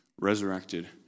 resurrected